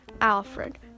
Alfred